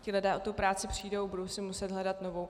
Ti lidé o tu práci přijdou, budou si muset hledat novou.